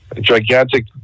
gigantic